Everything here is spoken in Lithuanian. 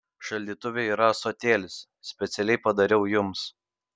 šaldytuve yra ąsotėlis specialiai padariau jums